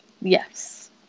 Yes